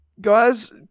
guys